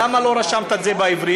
למה לא רשמת את זה בעברית?